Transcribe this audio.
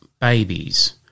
Babies